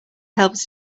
helps